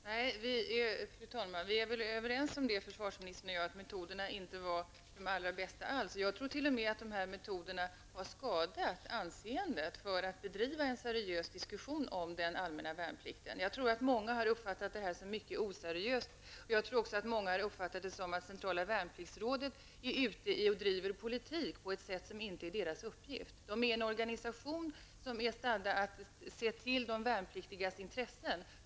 Fru talman! Försvarsministern och jag är överens om att metoderna inte var de allra bästa. Jag tror att dessa metoder t.o.m. har skadat intresset för att bedriva en seriös diskussion om den allmänna värnplikten. Många har uppfattat detta som mycket oseriöst och att Centrala Värnpliktsrådet är ute och driver politik på ett sätt som inte är rådets uppgift. Det handlar om en organisation som är stadd att se till de värnpliktigas intressen.